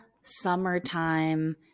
summertime